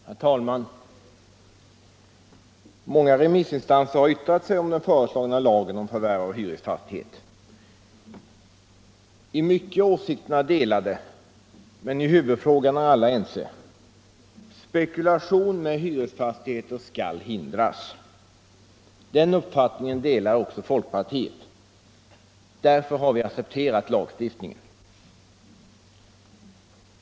Herr talman! Många remissinstanser har yttrat sig om den föreslagna lagen om förvärv av hyresfastighet. I mycket är åsikterna delade, men i huvudfrågan är alla ense: Spekulation med hyresfastigheter skall hindras. Den uppfattningen delar också folkpartiet, och därför har vi accepterat lagstiftningen.